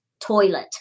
toilet